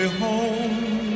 home